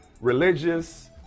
religious